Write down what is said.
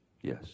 Yes